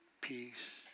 peace